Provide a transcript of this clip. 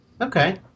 Okay